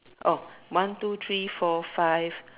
oh one two three four five